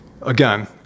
Again